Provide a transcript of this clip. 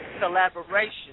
collaboration